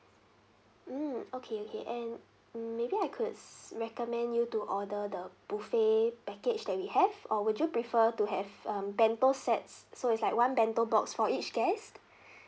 mm okay okay and maybe I could recommend you to order the buffet package that we have or would you prefer to have um bento sets so is like one bento box for each guest